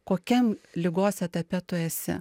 kokiam ligos etape tu esi